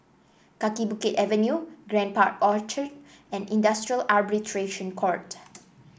Kaki Bukit Avenue Grand Park Orchard and Industrial Arbitration Court